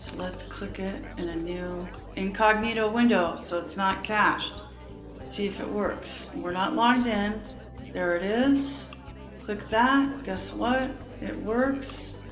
let's click it in a new incognito window. so it's not cached. let's see if it works. we're not logged in there. it is click that. guess what it works.